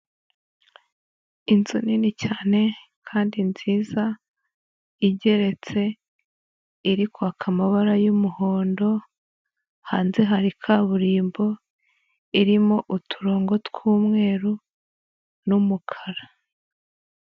Inzu nini cyane kandi nziza, igeretse, iri kwaka amabara y'umuhondo, hanze hari kaburimbo irimo uturongo tw'umweru n'umukara.